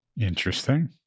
Interesting